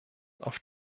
auf